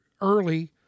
early